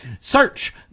Search